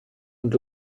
und